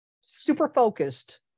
super-focused